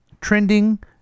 trending